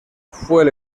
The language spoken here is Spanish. fue